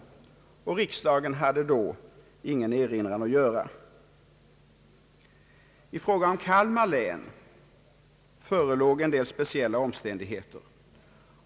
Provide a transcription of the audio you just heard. Riksdagen hade då ingen erinran att göra. I fråga om Kalmar län förelåg en del speciella omständigheter.